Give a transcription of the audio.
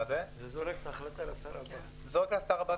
לא רק לשר הבא,